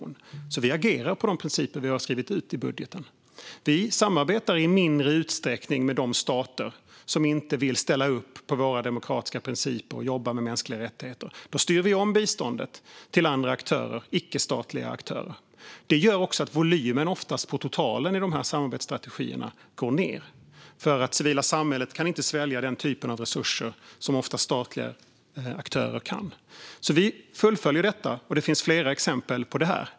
Vi agerar i enlighet med de principer vi har skrivit ut i budgeten. Vi samarbetar i mindre utsträckning med de stater som inte vill ställa upp på våra demokratiska principer och jobba med mänskliga rättigheter. Då styr vi om biståndet till andra aktörer, icke-statliga aktörer. Det gör också att volymen på totalen oftast går ned i de här samarbetsstrategierna, då det civila samhället inte kan svälja den typ av resurser som statliga aktörer ofta kan. Vi fullföljer detta, och det finns flera exempel på det här.